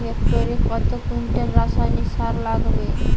হেক্টরে কত কুইন্টাল রাসায়নিক সার লাগবে?